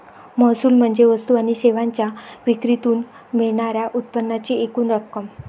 महसूल म्हणजे वस्तू आणि सेवांच्या विक्रीतून मिळणार्या उत्पन्नाची एकूण रक्कम